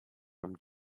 from